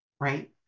Right